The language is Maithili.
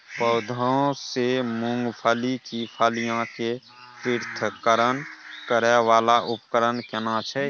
पौधों से मूंगफली की फलियां के पृथक्करण करय वाला उपकरण केना छै?